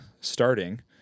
starting